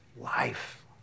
life